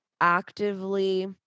actively